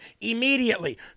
Immediately